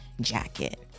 Jacket